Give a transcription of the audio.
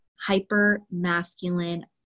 hyper-masculine